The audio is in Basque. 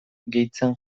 gehitzen